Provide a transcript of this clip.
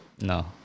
No